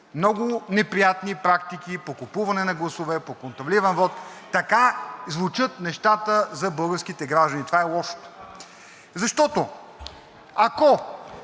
много неприятни практики по купуване на гласове, по контролиран вот, така звучат нещата за българските граждани, това е лошото. Защото, ако